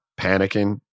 panicking